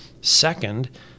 Second